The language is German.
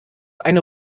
eine